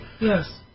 Yes